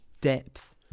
depth